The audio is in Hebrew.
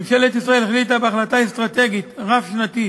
ממשלת ישראל החליטה בהחלטה אסטרטגית, רב-שנתית,